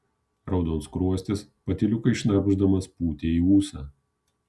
raudonskruostis patyliukais šnarpšdamas pūtė į ūsą